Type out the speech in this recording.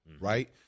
Right